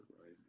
right